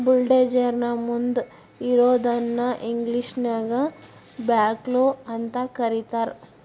bulldozer ನ ಮುಂದ್ ಇರೋದನ್ನ ಇಂಗ್ಲೇಷನ್ಯಾಗ ಬ್ಯಾಕ್ಹೊ ಅಂತ ಕರಿತಾರ್